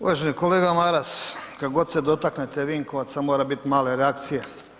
Uvaženi kolega Maras, kad god se dotaknete Vinkovaca, mora biti reakcije.